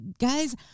guys –